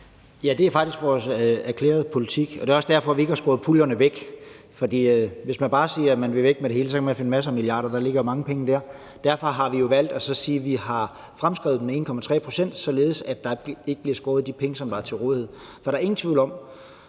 Ja, det er faktisk vores erklærede politik, og det er også derfor, vi ikke har skåret puljerne væk. For hvis man bare siger, at man vil have det hele væk, kan man finde masser af milliarder, for der ligger mange penge der. Derfor har vi valgt at sige, at vi har fremskrevet med 1,3 pct., således at der ikke bliver skåret i de penge, som er til rådighed. Der er ingen tvivl om,